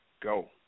go